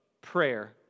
prayer